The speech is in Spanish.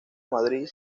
madrid